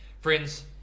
Friends